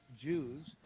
Jews